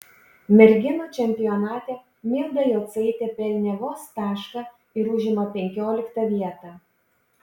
merginų čempionate milda jocaitė pelnė vos tašką ir užima penkioliktą vietą